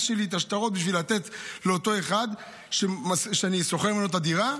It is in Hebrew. שלי את השטרות בשביל לתת לאותו אחד שאני שוכר ממנו את הדירה,